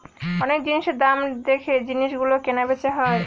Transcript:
অনেক জিনিসের দাম দেখে জিনিস গুলো কেনা বেচা হয়